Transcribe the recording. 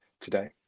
today